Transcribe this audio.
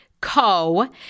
Co